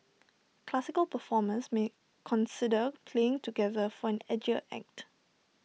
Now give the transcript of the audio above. classical performers may consider playing together for an edgier act